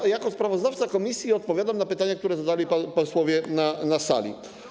Tak, jako sprawozdawca komisji odpowiadam na pytania, które zadali posłowie na sali.